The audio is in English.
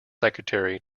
secretary